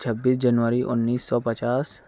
چھبیس جنوری اُنیس سو پچاس